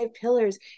pillars